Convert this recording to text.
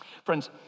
Friends